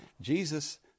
Jesus